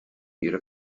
ihrer